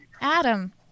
Adam